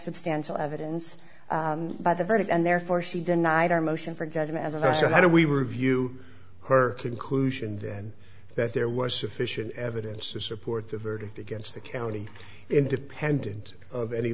substantial evidence by the verdict and therefore she denied our motion for judgment as i said how do we review her conclusion then that there was sufficient evidence to support the verdict against the county independent of any